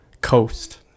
coast